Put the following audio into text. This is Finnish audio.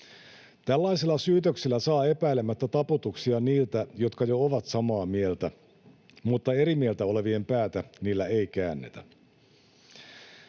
Tällaisilla syytöksillä saa epäilemättä taputuksia niiltä, jotka jo ovat samaa mieltä, mutta eri mieltä olevien päätä niillä ei käännetä.